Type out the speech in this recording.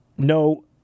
No